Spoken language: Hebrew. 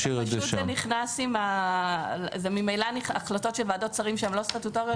פשוט החלטות של ועדות שרים שהן לא סטטוטוריות